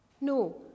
No